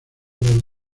los